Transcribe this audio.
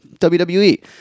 WWE